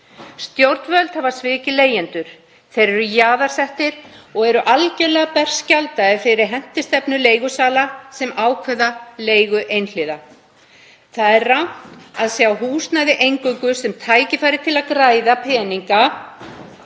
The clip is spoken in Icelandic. Stjórnvöld hafa svikið leigjendur, þeir eru jaðarsettir og eru algerlega berskjaldaðir fyrir hentistefnu leigusala sem ákveða leigu einhliða. Það er rangt að sjá húsnæði eingöngu sem tækifæri til að græða peninga